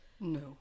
No